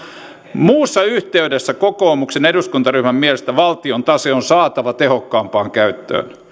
muussa yhteydessä kokoomuksen eduskuntaryhmän mielestä valtion tase on saatava tehokkaampaan käyttöön